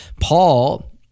Paul